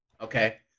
okay